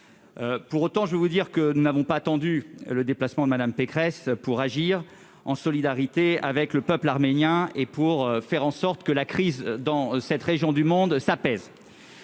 Pour autant, je veux vous le dire, nous n'avons pas attendu le déplacement de Mme Pécresse pour agir en solidarité avec le peuple arménien et pour faire en sorte que la crise dans cette région du monde s'apaise.